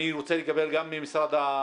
אני רוצה לקבל גם מרמ"י